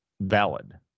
valid